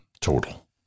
total